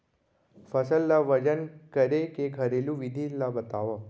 फसल ला वजन करे के घरेलू विधि ला बतावव?